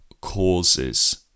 causes